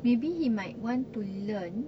maybe he might want to learn